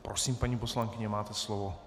Prosím, paní poslankyně, máte slovo.